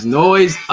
noise